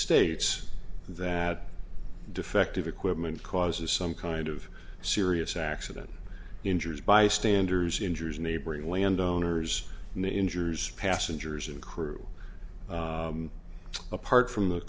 states that defective equipment causes some kind of serious accident injures bystanders injures neighboring landowners and injures passengers and crew apart from the